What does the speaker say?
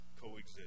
Coexist